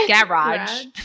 garage